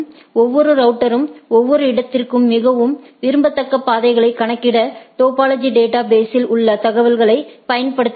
ஒவ்வொரு ரவுட்டரும் ஒவ்வொரு இடத்திற்கும் மிகவும் விரும்பத்தக்க பாதைகளை கணக்கிட டோபாலஜி டேட்டா பேஸில் உள்ள தகவல்களைப் பயன்படுத்துகிறது